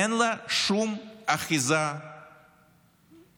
אין לה שום אחיזה במציאות,